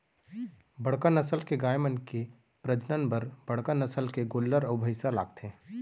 बड़का नसल के गाय मन के प्रजनन बर बड़का नसल के गोल्लर अउ भईंसा लागथे